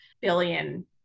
billion